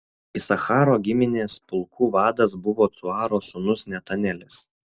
isacharo giminės pulkų vadas buvo cuaro sūnus netanelis